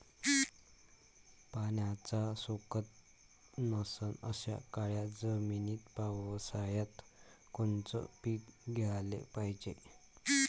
पाण्याचा सोकत नसन अशा काळ्या जमिनीत पावसाळ्यात कोनचं पीक घ्याले पायजे?